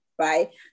right